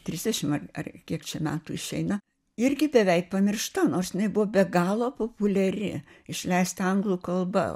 trisdešim ar ar kiek čia metų išeina irgi beveik pamiršta nors jinai buvo be galo populiari išleista anglų kalba